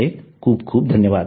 आपले खूप धन्यवाद